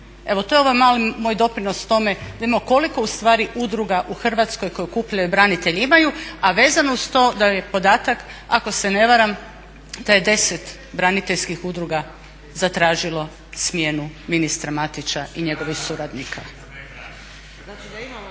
Evo to je moj mali doprinos tome da vidimo koliko udruga u Hrvatskoj koje okupljaju branitelji imaju. A vezano uz to da je podatak ako se ne varam da je 10 braniteljskih udruga zatražilo smjenu ministra Matića i njegovih suradnika.